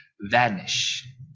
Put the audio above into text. vanish